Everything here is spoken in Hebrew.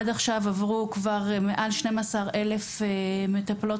עד עכשיו עברו כבר מעל 12,000 מטפלות